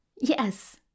Yes